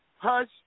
Hush